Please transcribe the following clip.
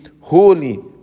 holy